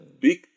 big